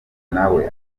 nawe